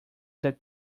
that